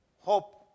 hope